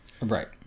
Right